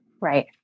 Right